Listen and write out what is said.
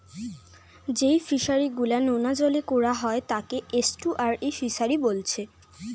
যেই ফিশারি গুলা নোনা জলে কোরা হয় তাকে এস্টুয়ারই ফিসারী বোলছে